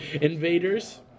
Invaders